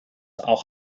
auch